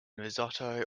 risotto